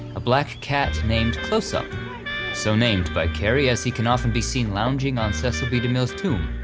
a black cat named close up so named by karie as he can often be seen lounging on cecil b demille tomb,